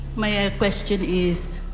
my ah question is,